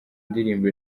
indirimbo